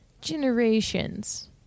generations